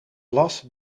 las